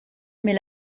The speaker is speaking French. mais